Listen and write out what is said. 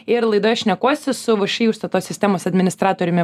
ir laidoje šnekuosi su vši užstato sistemos administratoriumi